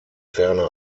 ferner